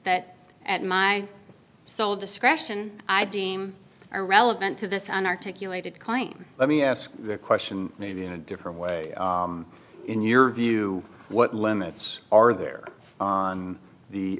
that at my sole discretion i deem are relevant to this an articulated claim let me ask the question maybe in a different way in your view what limits are there on the